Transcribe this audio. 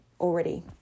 already